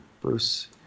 Bruce